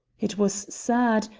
it was sad,